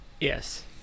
Yes